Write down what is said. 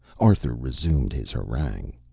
arthur resumed his harangue.